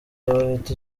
bafite